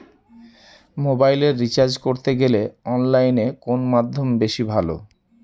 মোবাইলের রিচার্জ করতে গেলে অনলাইনে কোন মাধ্যম বেশি ভালো?